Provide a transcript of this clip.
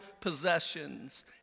possessions